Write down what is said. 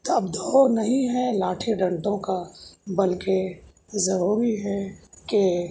تو اب دور نہیں ہے لاٹھی ڈنڈوں کا بلکہ ضروری ہے کہ